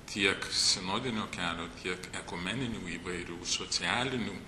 tiek sinodinio kelio tiek ekumeninių įvairių socialinių